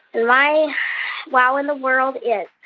and my wow in the world is